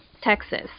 Texas